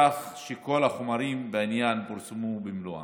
כך שכל החומרים בעניין פורסמו במלואם.